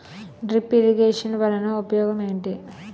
drip irrigation వలన ఉపయోగం ఏంటి